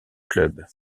club